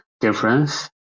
difference